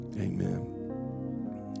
amen